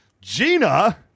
Gina